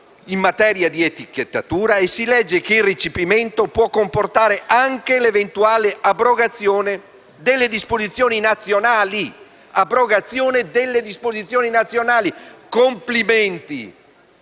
in materia di etichettatura. Si legge che il recepimento può comportare anche l'eventuale abrogazione delle disposizioni nazionali: complimenti!